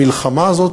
המלחמה הזאת